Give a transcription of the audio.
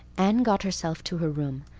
anne got herself to her room,